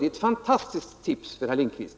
Det är ett fantastiskt tips till herr Lindkvist.